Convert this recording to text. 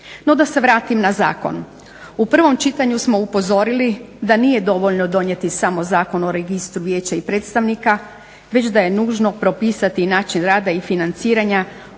No da se vratim na zakon. U prvom čitanju smo upozorili da nije dovoljno donijeti samo Zakon o registru vijeća i predstavnika već da je nužno propisati i način rada i financiranja